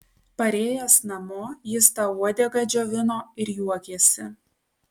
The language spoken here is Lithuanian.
parėjęs namo jis tą uodegą džiovino ir juokėsi